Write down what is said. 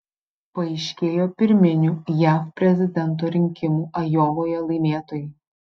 paaiškėjo pirminių jav prezidento rinkimų ajovoje laimėtojai